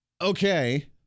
Okay